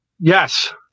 yes